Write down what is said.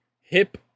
hip